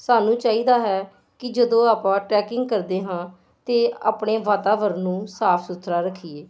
ਸਾਨੂੰ ਚਾਹੀਦਾ ਹੈ ਕਿ ਜਦੋਂ ਆਪਾਂ ਟਰੈਕਿੰਗ ਕਰਦੇ ਹਾਂ ਅਤੇ ਆਪਣੇ ਵਾਤਾਵਰਨ ਨੂੰ ਸਾਫ ਸੁਥਰਾ ਰੱਖੀਏ